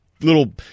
little